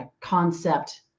concept